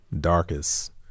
darkest